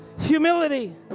Humility